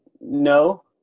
no